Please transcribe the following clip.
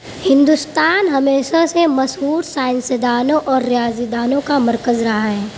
ہندوستان ہمیشہ سے مسہور سائنسدانوں اور ریاضی دانوں کا مرکز رہا ہے